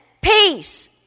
peace